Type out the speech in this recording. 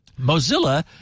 Mozilla